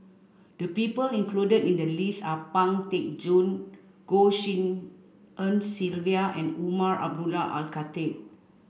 the people included in the list are Pang Teck Joon Goh Tshin En Sylvia and Umar Abdullah Al Khatib